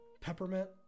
peppermint